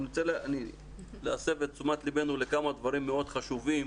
אני רוצה להסב את תשומת ליבנו לכמה דברים מאוד חשובים